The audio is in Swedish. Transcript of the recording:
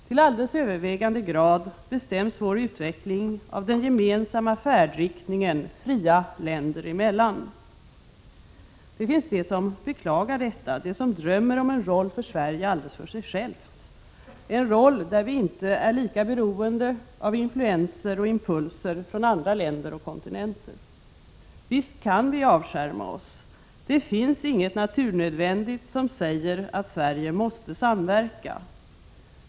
Till alldeles övervägande grad bestäms vår utveckling av den gemensamma färdriktningen fria länder emellan. Det finns de som beklagar detta och som drömmer om att Sverige skall spela en roll alldeles för sig självt, en roll där vi inte är lika beroende av influenser och impulser från andra länder och kontinenter. Visst kan vi avskärma oss — det finns inget som säger att Sverige naturnödvändigt måste samverka.